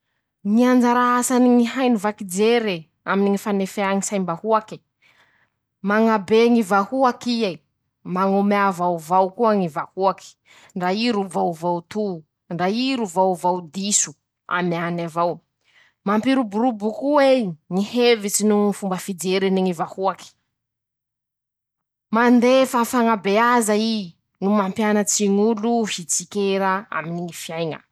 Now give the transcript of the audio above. Ñy anjara asany ñy haino vaky jere aminy ñy fanefea ñy saim-bahoake: -Mañabe ñy vahoaky e, mañomea vaovao koa ñy vahoaky, ndra ii ro vaovao tó ndra ii ro vaovao diso amean'avao, mampiroborobo koa ei, ñy hevitsy noho Ñy fomba fijery ny ñy vahoaky, mandefa fañabeza ii, no mampianatsy ñ'olo hitsikera aminy ñy fiaiñ.